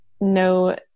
No